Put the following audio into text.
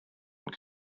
and